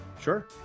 sure